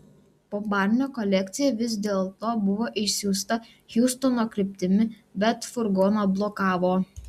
po barnio kolekcija vis dėlto buvo išsiųsta hjustono kryptimi bet furgoną blokavo